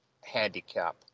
handicap